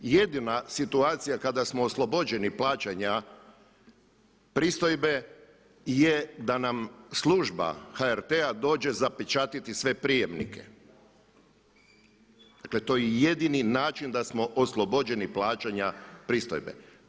Jedina situacija kada smo oslobođeni plaćanja pristojbe je da nam služba HRT-a dođe zapečatiti sve prijemnike, dakle to je jedini način da smo oslobođeni plaćanja pristojbe.